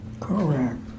Correct